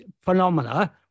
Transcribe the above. phenomena